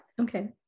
okay